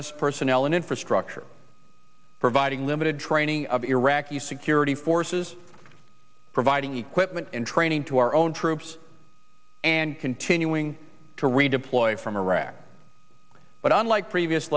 s personnel and infrastructure providing limited training of iraqi security forces providing equipment and training to our own troops and continuing to redeploy from iraq but unlike previous